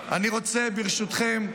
ברשותכם,